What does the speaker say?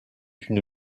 une